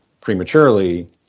prematurely